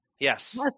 Yes